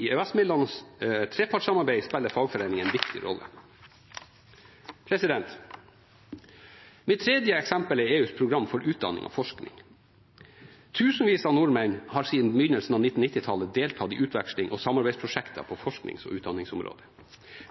I EØS-midlenes trepartssamarbeid spiller fagforeningene en viktig rolle. Mitt tredje eksempel er EUs program for utdanning og forskning. Tusenvis av nordmenn har siden begynnelsen av 1990-tallet deltatt i utveksling og samarbeidsprosjekter på forsknings- og utdanningsområdet.